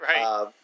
Right